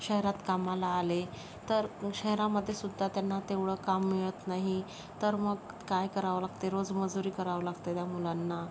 शहरात कामाला आले तर शहरामध्ये सुद्धा त्यांना तेवढं काम मिळत नाही तर मग काय करावं लागते रोज मजूरी करावं लागते त्या मुलांना